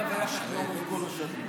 אגב, זה היה, כל השנים.